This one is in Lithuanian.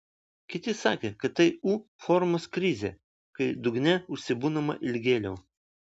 kiti sakė kad tai u formos krizė kai dugne užsibūnama ilgėliau